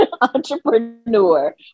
entrepreneur